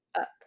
Up